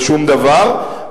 בשום דבר.